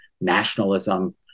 nationalism